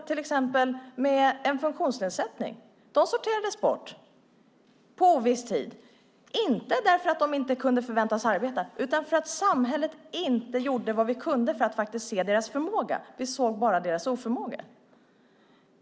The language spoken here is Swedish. Till exempel människor med en funktionsnedsättning sorterades bort på oviss tid, inte därför att de inte kunde förväntas arbeta utan därför att samhället inte gjorde vad man kunde för att faktiskt se deras förmåga. Man såg bara deras oförmåga.